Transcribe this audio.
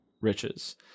riches